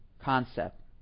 concept